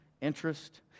interest